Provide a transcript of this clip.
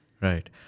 Right